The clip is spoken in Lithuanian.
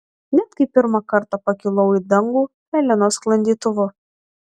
net kai pirmą kartą pakilau į dangų helenos sklandytuvu